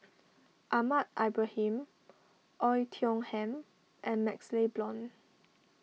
Ahmad Ibrahim Oei Tiong Ham and MaxLe Blond